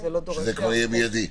שזה כבר יהיה מיידי.